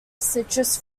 citrus